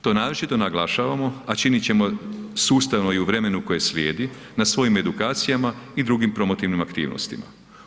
To naročito naglašavamo, a činit ćemo sustavno i u vremenu koji slijedi na svojim edukacijama i drugim promotivnim aktivnostima.